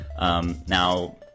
Now